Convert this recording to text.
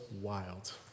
wild